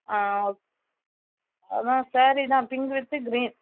ஆ அதுதான் ஸாரீ தான் pink with green